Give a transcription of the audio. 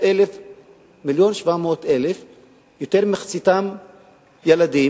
ובהמשך המשא-ומתן ובכניסה לעומק לסוגיות החשובות,